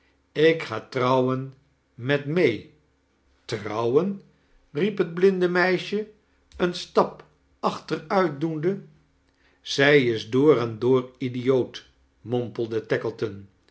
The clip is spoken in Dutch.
ik ga trouwen met may trouwen riep het bliride meisje een stap ach ruit doende zij is door en door idioot mompelde